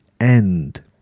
end